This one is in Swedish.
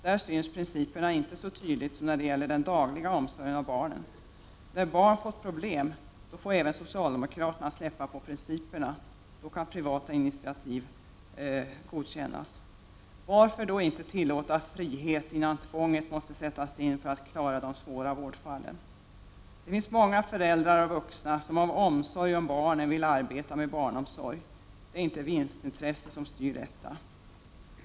Där syns principerna inte så tydligt som när det gäller den dagliga omsorgen av barnen. När barn fått problem, då får även socialdemokraterna släppa på principerna — då kan privata initiativ godkännas. Varför vill ni inte tillåta frihet innan man måste sätta in tvång för att klara de svåra vårdfallen? Många föräldrar och vuxna vill av omsorg om barnen arbeta inom barnomsorgen. Det är inte vinstintresse som styr detta.